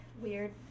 Weird